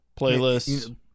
playlists